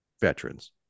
veterans